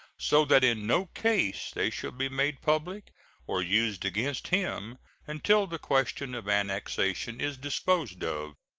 so that in no case they shall be made public or used against him until the question of annexation is disposed of.